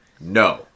No